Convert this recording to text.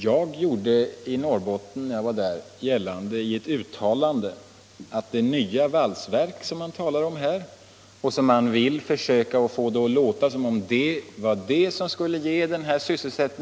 Man vill försöka att få det att låta som om det nya valsverket vid NJA skulle kompensera det bortfall som uppkommer genom bantningen av stålverket.